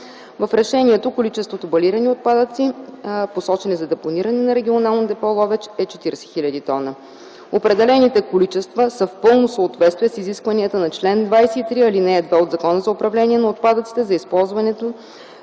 В решението количеството балирани отпадъци, посочени за депониране в Регионално депо – Ловеч, е 40 хил. тона. Определените количества са в пълно съответствие с изискванията на чл. 23, ал. 2 от Закона за управление на отпадъците за използване